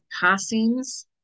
passings